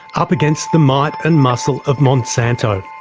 up against the might and muscle of monsanto.